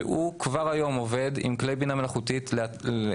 שהוא כבר היום עובד עם כלי בינה מלאכותית לחבר